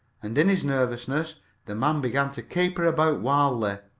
and in his nervousness the man began to caper about wildly.